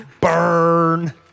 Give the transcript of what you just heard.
Burn